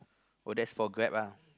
oh that's for Grab ah